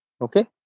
Okay